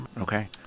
Okay